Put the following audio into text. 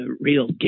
real